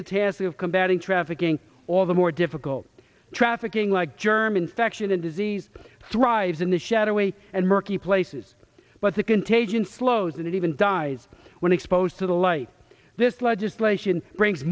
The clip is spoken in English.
the task of combating trafficking all the more difficult trafficking like german faction and disease thrives in the shadowy and murky places but the contagion flows and even dies when exposed to the light this legislation brings